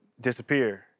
disappear